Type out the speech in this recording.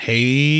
Hey